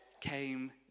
came